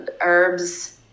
herbs